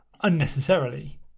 Unnecessarily